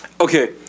Okay